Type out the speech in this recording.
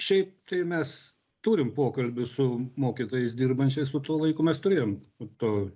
šiaip tai mes turim pokalbių su mokytojais dirbančiais su tuo vaiku mes turėjom to